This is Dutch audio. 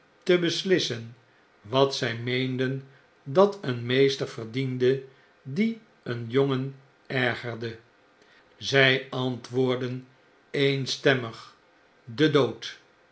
te beslissen wat zij meenden dat een meester verdiende die een jongen ergerde zy antwoordden eenstemmig j den dood